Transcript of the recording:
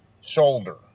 shoulder